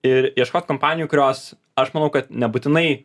ir ieškot kompanijų kurios aš manau kad nebūtinai